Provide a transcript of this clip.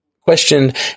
questioned